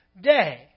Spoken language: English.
day